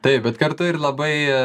taip bet kartu ir labai